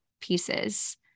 pieces